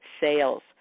sales